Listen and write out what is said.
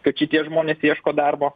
kad šitie žmonės ieško darbo